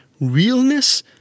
realness